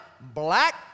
black